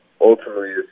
Ultimately